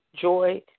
joy